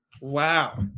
Wow